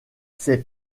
c’est